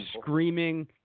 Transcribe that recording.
screaming